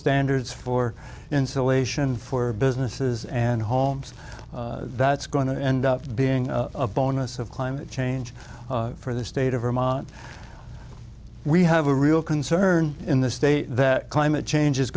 standards for insulation for businesses and homes that's going to end up being a bonus of climate change for the state of vermont we have a real concern in the state that climate change is